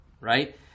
right